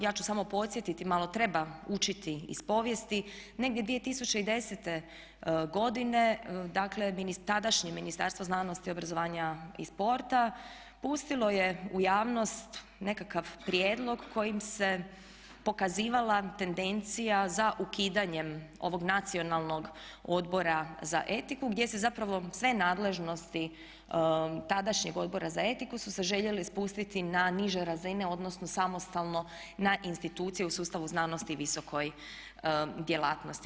Ja ću samo podsjetiti malo, treba učiti iz povijesti, negdje 2010. godine dakle tadašnje Ministarstvo znanosti, obrazovanja i sporta pustilo je u javnost nekakav prijedlog kojim se pokazivala tendencija za ukidanjem ovog Nacionalnog odbora za etiku gdje se zapravo sve nadležnosti tadašnjeg Odbora za etiku su se željeli spustiti na niže razine odnosno samostalno na institucije u sustavu znanosti i visokoj djelatnosti.